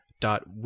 dot